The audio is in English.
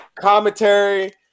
commentary